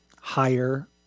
higher